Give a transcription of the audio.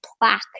plaque